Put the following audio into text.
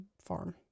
farm